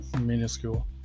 minuscule